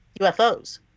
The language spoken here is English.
UFOs